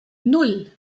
nan